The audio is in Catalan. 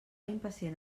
impacient